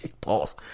pause